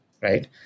right